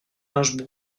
linge